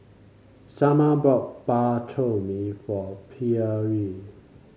Shamar bought Bak Chor Mee for Pierre